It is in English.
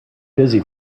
busy